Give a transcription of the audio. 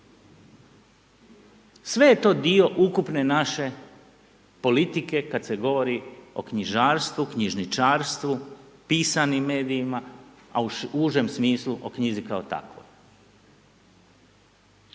Sve je to dio ukupne naše politike kad se govori o knjižarstvu, knjižničarstvu, pisanim medijima a u užem smislu o knjizi kao takvoj.